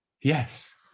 Yes